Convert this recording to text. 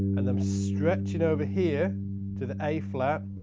and then i'm stretching over here to the a flat,